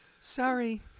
sorry